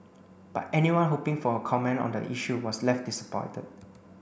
but anyone hoping for a comment on the issue was left disappointed